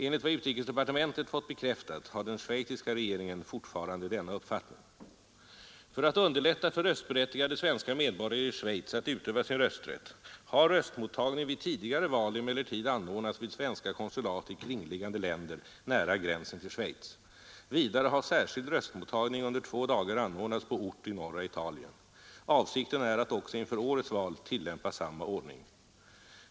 Enligt vad utrikesdepartementet fått bekräftat har den schweiziska regeringen fortfarande denna uppfattning. För att underlätta för röstberättigade svenska medborgare i Schweiz att utöva sin rösträtt har röstmottagning vid tidigare val emellertid anordnats vid svenska konsulat i kringliggande länder nära gränsen till Schweiz. Vidare har särskild röstmottagning under två dagar anordnats på ort i norra Italien. Avsikten är att också inför årets val tillämpa samma ordning.